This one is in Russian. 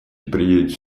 приедет